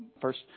First